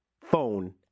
phone